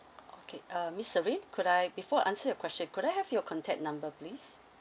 okay uh miss serene could I before I answer your question could I have your contact number please